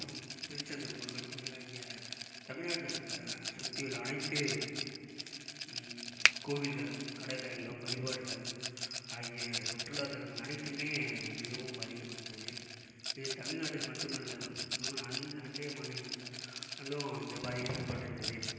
திருச்செந்தூர் முருகன் கோவில் ஆகிய தமிழ்நாட்டில் சுற்றியுள்ள அனைத்து கோவில்களும் கடற்கரைகளும் வழிபாட்டு தலங்கள் ஆகிய சுற்றுத்தலங்கள் அனைத்தும் மிகவும் பாதிக்கப்பட்டு இருந்தது இது தமிழ்நாட்டில் மட்டுமல்ல இன்னொன்னு அண்டைய மாநிலங்களிலும் இந்த பாதிப்பு ஏற்பட்டிருந்தது